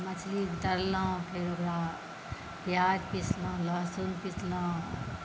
मछली तरलहुँ फेर ओकरा प्याज पिसलहुँ लहसुन पीसलहुँ